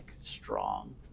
strong